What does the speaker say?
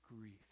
grief